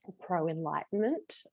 pro-enlightenment